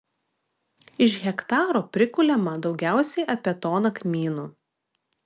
iš hektaro prikuliama daugiausiai apie toną kmynų